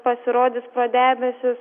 pasirodys pro debesis